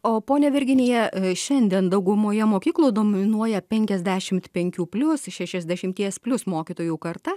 o ponia virginija šiandien daugumoje mokyklų dominuoja penkiasešimt penkių plius šešiasdešimties plius mokytojų karta